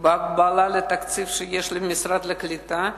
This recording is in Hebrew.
בהגבלת התקציב שיש למשרד לקליטת עלייה.